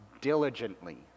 diligently